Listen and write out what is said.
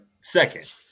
Second